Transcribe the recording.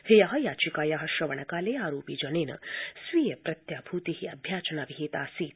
ह्यः याचिकायाः श्रवणकाले आरोपिजनेन स्वीय प्रत्याभूतिः अभ्याचना विहितासीत्